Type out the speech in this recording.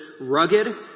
rugged